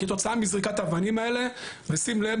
כתוצאה מזריקת אבנים האלה ושים לב,